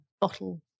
bottle